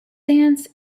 dance